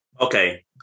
Okay